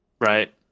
Right